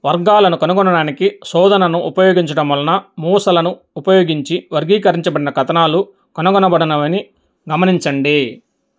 వర్గాలను కనుగొనడానికి శోధనను ఉపయోగించడం వలన మూసలను ఉపయోగించి వర్గీకరించబడిన కథనాలు కనుగునబడవని గమనించండి